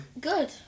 Good